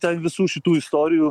ten visų šitų istorijų